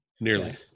Nearly